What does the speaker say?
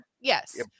yes